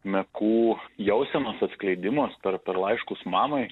mekų jausenos atskleidimas per per laiškus mamai